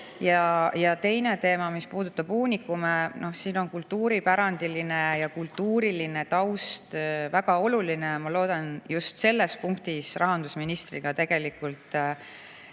Teine teema puudutab uunikume. Siin on kultuuripärandiline ja kultuuriline taust väga oluline. Ma loodan just selles punktis rahandusministriga mingis